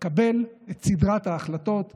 לקבל את סדרת ההחלטות הנדרשת.